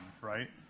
right